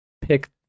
pick